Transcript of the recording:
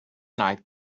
night